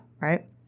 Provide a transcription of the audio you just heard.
right